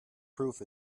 proof